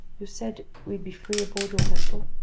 you said we'd be free aboard your vessel?